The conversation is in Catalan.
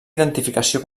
identificació